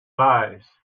lies